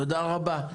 תודה רבה.